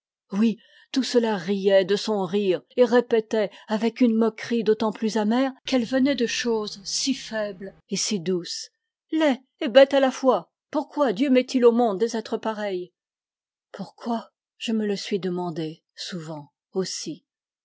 oui tout cela riait de son rire et répétait avec une moquerie d'autant plus amère qu'elle venait de choses si faibles et si douces laid et bête à la fois pourquoi dieu met-il au monde des êtres pareils pourquoi je me le suis demandé souvent aussi